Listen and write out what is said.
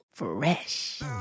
Fresh